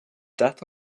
death